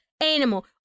animal